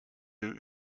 deux